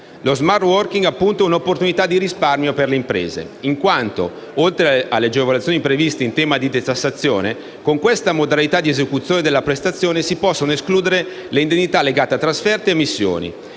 Lo smart working è appunto un’opportunità di risparmio per le imprese: oltre alle agevolazioni previste in tema di detassazione, con questa modalità di esecuzione della prestazione si possono infatti escludere le indennità legate a trasferte e alle missioni,